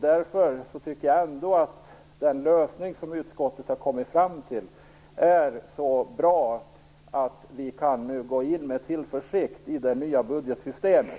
Därför tycker jag ändå att den lösning utskottet har kommit fram till är så bra att vi nu med tillförsikt kan gå in i det nya budgetsystemet.